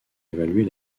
évaluer